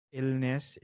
illness